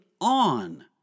on